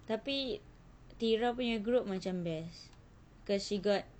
tapi tira punya group macam best cause she got